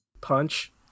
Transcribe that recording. punch